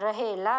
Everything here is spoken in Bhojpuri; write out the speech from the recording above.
रहेला